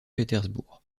pétersbourg